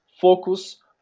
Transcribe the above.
focus